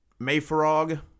Mayfrog